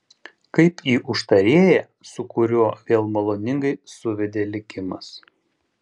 kaip į užtarėją su kuriuo vėl maloningai suvedė likimas